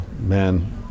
man